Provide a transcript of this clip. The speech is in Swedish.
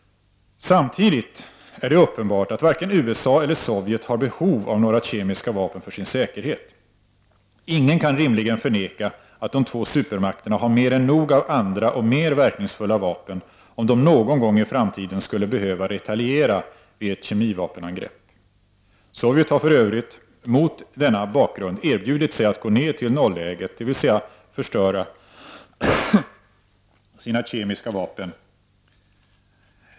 Samtidigt är det uppenbart att varken USA eller Sovjet har behov av några kemiska vapen för sin säkerhet. Ingen kan rimligen förneka att de två supermakterna har mer än nog av andra och mer verkningsfulla vapen, om de någon gång i framtiden skulle behöva retaliera vid ett kemivapenangrepp. Sovjet har för övrigt mot denna bakgrund erbjudit sig att gå ned till nolläget, dvs. förstöra sina kemiska vapen.